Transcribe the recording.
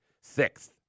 Sixth